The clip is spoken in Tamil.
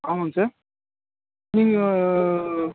ஆமாம்ங்க சார் நீங்கள்